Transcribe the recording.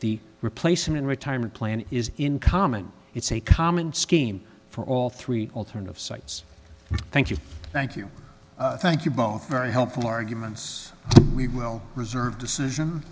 the replacement retirement plan is in common it's a common scheme for all three alternative sites thank you thank you thank you both very helpful arguments we will reserve decision